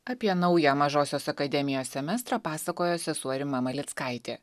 apie naują mažosios akademijos semestrą pasakojo sesuo rima malickaitė